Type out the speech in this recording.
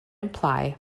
imply